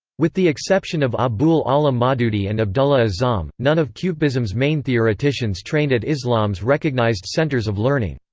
with the exception of abul ala maududi and abdullah azzam, none of qutbism's main theoreticians trained at islam's recognized centers of learning.